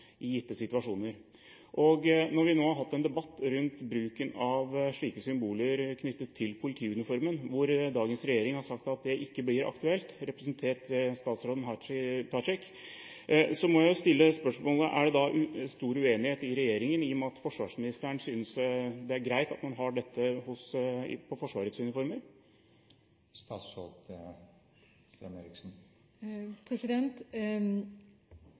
debatt rundt bruken av slike symboler knyttet til politiuniformen, hvor dagens regjering – representert ved statsråd Hadia Tajik – har sagt at det ikke blir aktuelt, må jeg stille spørsmål om det er stor uenighet i regjeringen, i og med at forsvarsministeren synes det er greit at man har dette på Forsvarets uniformer.